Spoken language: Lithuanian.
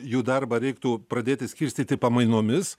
jų darbą reiktų pradėti skirstyti pamainomis